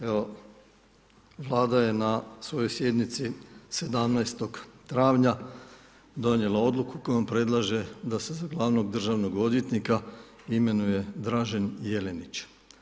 Evo, Vlada je na svojoj sjednici 17. travnja donijela odluku kojom predlaže da se za glavnog državnog odvjetnika imenuje Dražen Jelinić.